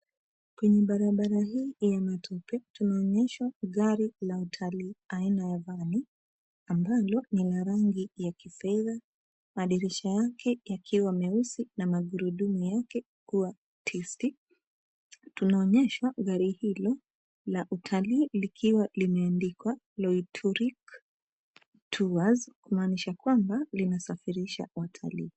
Kwenye barabara hii ya matope tunaonyeshwa gari la utalii aina ya vani ambalo lina rangi ya kifedha, madirisha yake yakiwa meusi na magurudumu yake kuwa tisti. Tunaonyesha gari hilo la utalii likiwa limeandikwa Loituric Tours kumaanisha kwamba linasafirisha utalii.